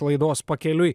laidos pakeliui